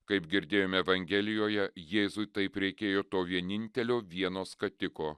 kaip girdėjome evangelijoje jėzui taip reikėjo to vienintelio vieno skatiko